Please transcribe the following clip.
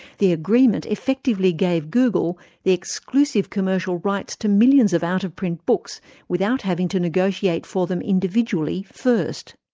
the agreement effectively gave google the exclusive commercial rights to millions of out of print books without having to negotiate for them individually first.